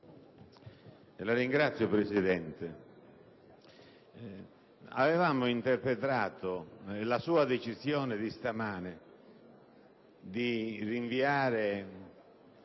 Signor Presidente, avevamo interpretato la sua decisione di stamani di rinviare